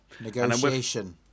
Negotiation